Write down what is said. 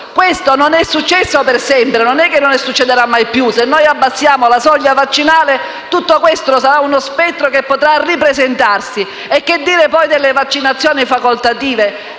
Questo non è un dato acquisito per sempre: non è che non succederà mai più. Se noi abbassiamo la soglia vaccinale questo spettro potrà ripresentarsi. Che dire poi delle vaccinazioni facoltative?